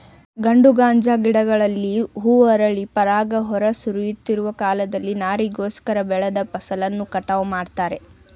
ಗಂಡು ಗಾಂಜಾ ಗಿಡಗಳಲ್ಲಿ ಹೂ ಅರಳಿ ಪರಾಗ ಹೊರ ಸುರಿಯುತ್ತಿರುವ ಕಾಲದಲ್ಲಿ ನಾರಿಗೋಸ್ಕರ ಬೆಳೆದ ಫಸಲನ್ನು ಕಟಾವು ಮಾಡ್ತಾರೆ